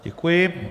Děkuji.